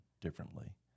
differently